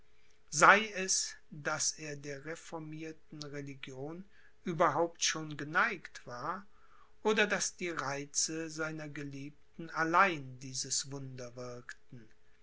sei es daß er der reformierten religion überhaupt schon geneigt war oder daß die reize seiner geliebten allein dieses wunder wirkten